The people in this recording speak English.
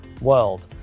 world